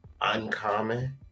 uncommon